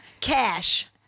cash